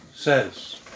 says